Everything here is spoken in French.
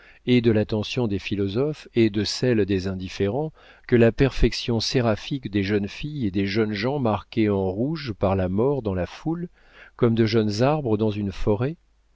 et de l'attention des philosophes et des indifférents que la perfection séraphique des jeunes filles et des jeunes gens marqués en rouge par la mort dans la foule comme de jeunes arbres dans une forêt